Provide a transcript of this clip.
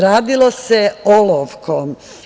Radilo se olovkom.